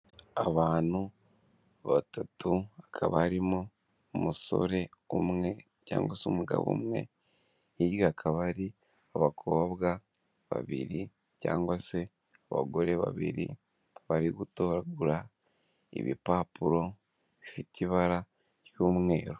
Abantu batatu hakaba harimo umusore umwe cyangwa se umugabo umwe, hirya hakaba ari abakobwa babiri cyangwa se abagore babiri bari gutoragura ibipapuro bifite ibara ry'umweru.